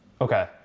Okay